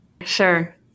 Sure